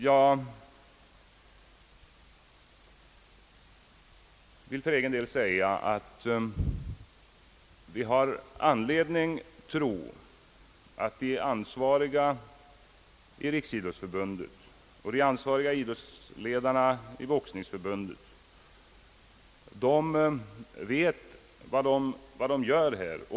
Jag vill för egen del hävda att vi har anledning att tro, att de ansvariga i Riksidrottsförbundet och de ansvariga idrottsledarna i Boxningsförbundet vet vad de gör.